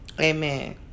Amen